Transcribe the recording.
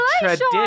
tradition